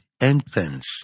entrance